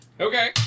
Okay